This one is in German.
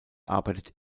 arbeitet